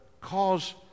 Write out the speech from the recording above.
cause